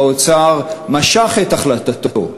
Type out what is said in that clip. האוצר משך את החלטתו.